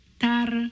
tar